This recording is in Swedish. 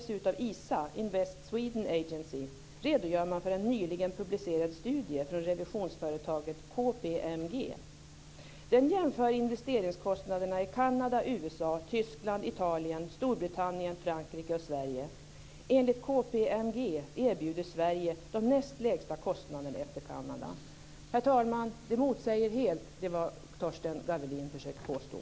Sweden Agency, redogör man för en nyligen publicerad studie från revisionsföretaget KPMG. Den jämför investeringskostnaderna i Kanada, USA, Tyskland, KPMG erbjuder Sverige de näst lägsta kostnaderna efter Kanada. Herr talman! Detta motsäger helt det som Torsten Gavelin försöker påstå.